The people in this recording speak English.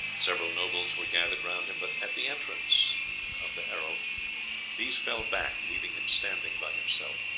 several nobles were gathered round him, but at the entrance of the herald these fell back, leaving him standing by himself.